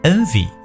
Envy